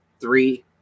three